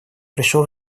пришло